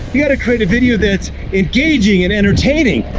you've got to create a video that's engaging and entertaining.